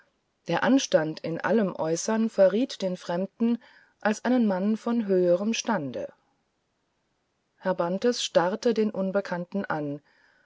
der anstand in allem äußern verriet den fremden als einen mann von höherem stande herr bantes starrte den unbekannten an